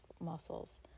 muscles